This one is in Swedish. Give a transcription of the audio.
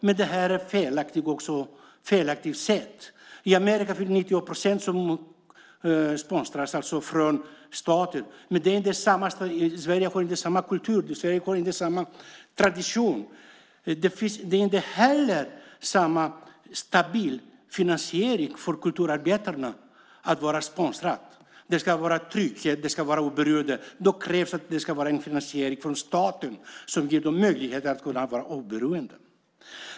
Men det är ett felaktigt sätt. I Amerika sponsras 90 procent av kulturen, men Sverige har inte samma kultur. Sverige har inte samma tradition. Det är inte heller samma stabila finansiering för kulturarbetarna att vara sponsrade. Det ska vara trygghet och oberoende. Då krävs det en finansiering från staten som ger kulturarbetarna möjlighet att vara oberoende.